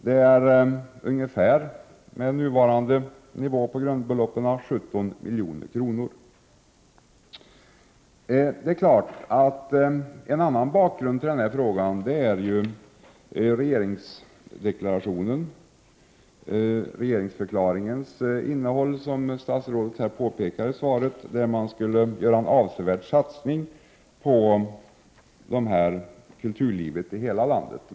Det innebär med innevarande nivå på grundbeloppet 17 milj.kr. En annan bakgrund till min fråga är ett avsnitt i regeringsförklaringen, som justatsrådet hänvisar till i svaret. Man skulle alltså göra en avsevärd satsning på kulturlivet i hela landet.